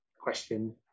question